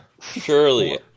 Surely